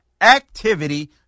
activity